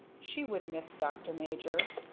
she would miss dr. major.